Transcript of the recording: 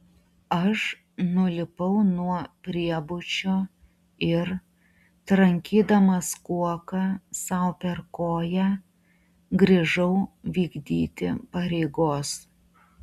aš nulipau nuo priebučio ir trankydamas kuoka sau per koją grįžau vykdyti pareigos